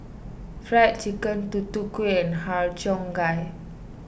Fried Chicken Tutu Kueh and Har Cheong Gai